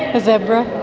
a zebra,